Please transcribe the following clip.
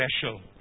special